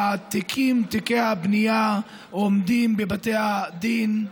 והתיקים, תיקי הבנייה, עומדים בבתי הדין,